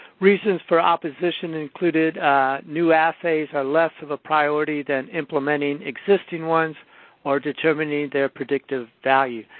reasons for opposition included new assays are less of a priority than implementing existing ones or determining their predictive value.